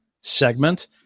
segment